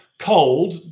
cold